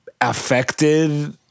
affected